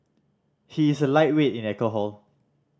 he is a lightweight in alcohol